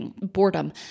boredom